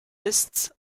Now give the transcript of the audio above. liszt